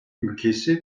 ülkesi